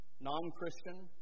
non-Christian